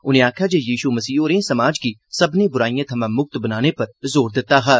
उनें आखेआ जे यीशू मसीह होरें समाज गी सब्भनें बुराईयें थमां मुक्त बनाने पर जोर दित्ता हा